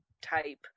type